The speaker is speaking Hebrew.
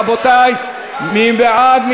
רבותי, מי בעד?